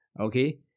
okay